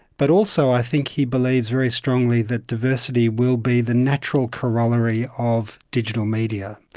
but also i think he believes very strongly that diversity will be the natural corollary of digital media.